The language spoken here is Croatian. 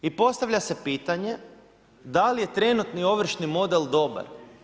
I postavlja se pitanje, da li je trenutni ovršni model dobar?